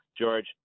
George